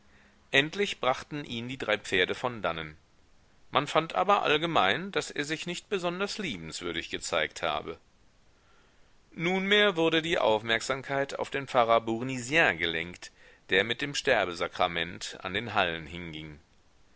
endlich brachten ihn die drei pferde von dannen man fand aber allgemein daß er sich nicht besonders liebenswürdig gezeigt habe nunmehr wurde die aufmerksamkeit auf den pfarrer bournisien gelenkt der mit dem sterbesakrament an den hallen hinging